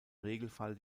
regelfall